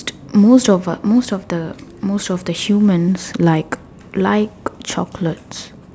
most of the most the most of the humans like like chocolates